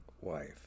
wife